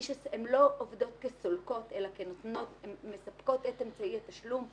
הן לא עובדות כסולקות אלא מספקות את אמצעי התשלום.